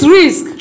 risk